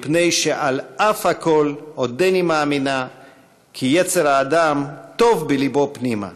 מפני שעל אף הכול עודני מאמינה כי יצר האדם טוב בלבו פנימה,